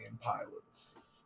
pilots